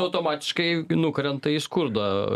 automatiškai nukrenta į skurdą